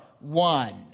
one